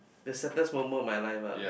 the certain moments of my life ah